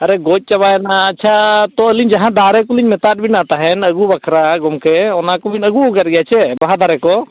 ᱟᱨᱮ ᱜᱚᱡ ᱪᱟᱵᱟᱭᱮᱱᱟ ᱟᱪᱪᱷᱟ ᱛᱚ ᱟᱹᱞᱤᱧ ᱡᱟᱦᱟᱸ ᱫᱟᱨᱮ ᱠᱚᱞᱤᱧ ᱢᱮᱛᱟᱫ ᱵᱤᱱᱟ ᱛᱟᱦᱮᱸᱫ ᱟᱹᱜᱩ ᱵᱟᱠᱷᱨᱟ ᱜᱚᱢᱠᱮ ᱚᱱᱟ ᱠᱚᱵᱤᱱ ᱟᱹᱜᱩ ᱟᱠᱟᱫ ᱜᱮᱭᱟ ᱥᱮ ᱵᱟᱦᱟ ᱫᱟᱨᱮ ᱠᱚ